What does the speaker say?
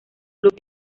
club